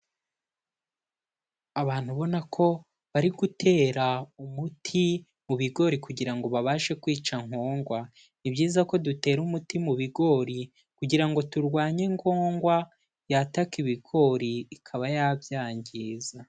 Abantu ubona ko bari gutera umuti mu bigori kugira ngo babashe kwica nkongwa, ni byiza ko dutera umuti mu bigori, kugira ngo turwanye nkongwa yataka ibigori ikaba yabyangiza.